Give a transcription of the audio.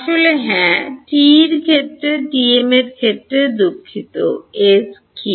আসলে হ্যাঁ TE ক্ষেত্রে TM ক্ষেত্রে দুঃখিত এজ কি